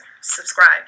subscribe